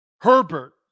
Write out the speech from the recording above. Herbert